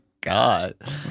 God